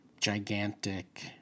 Gigantic